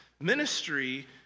ministry